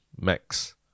Max